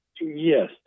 Yes